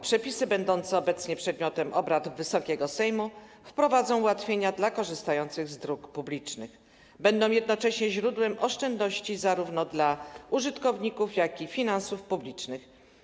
Przepisy będące obecnie przedmiotem obrad Wysokiego Sejmu wprowadzą ułatwienia dla korzystających z dróg publicznych i będą jednocześnie źródłem oszczędności zarówno dla użytkowników, jak i dla finansów publicznych.